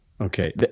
Okay